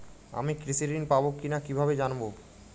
আমি কৃষি ঋণ পাবো কি না কিভাবে জানবো?